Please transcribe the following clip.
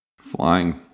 flying